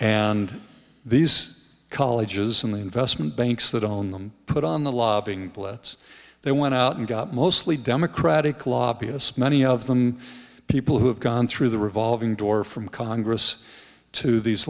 and these colleges and the investment banks that own them put on the lobbying blitz they went out and got mostly democratic lobbyists many of them people who have gone through the revolving door from congress to these